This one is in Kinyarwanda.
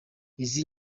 izi